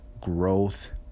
growth